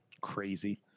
crazy